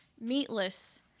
meatless